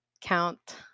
count